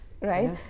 Right